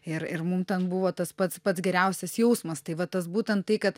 ir ir mum ten buvo tas pats pats geriausias jausmas tai va tas būtent tai kad